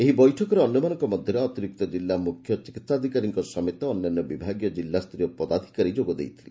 ଏହି ବୈଠକରେ ଅନ୍ୟମାନଙ୍କ ମଧ୍ଧରେ ଅତିରିକ୍ତ କିଲ୍ଲା ମୁଖ୍ୟ ଚିକିହାଅଧିକାରୀଙ୍କ ସମେତ ଅନ୍ୟାନ୍ୟ ବିଭାଗୀୟ କିଲ୍ଲାସ୍ତରୀୟ ପଦାଧିକାରୀ ଯୋଗ ଦେଇଥିଲେ